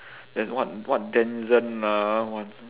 there's what what danzen lah